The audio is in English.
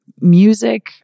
music